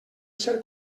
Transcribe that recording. ser